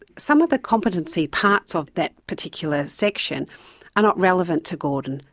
some of the competency parts of that particular section are not relevant to gordon,